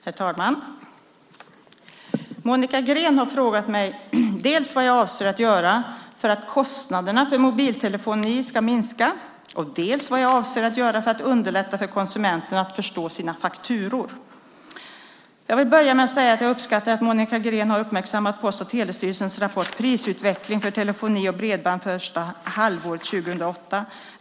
Herr talman! Monica Green har frågat mig dels vad jag avser att göra för att kostnaderna för mobiltelefoni ska minska, dels vad jag avser att göra för att underlätta för konsumenterna att förstå sina fakturor. Jag vill börja med att säga att jag uppskattar att Monica Green har uppmärksammat Post och telestyrelsens rapport Prisutveckling för telefoni och bredband första halvåret 2008 .